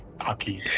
Aki